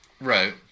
Right